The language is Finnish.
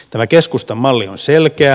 tämä keskustan malli on selkeä